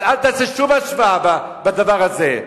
אז אל תעשה שום השוואה בדבר הזה.